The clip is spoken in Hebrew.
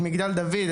את מגדל דוד,